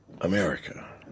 America